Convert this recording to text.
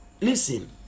listen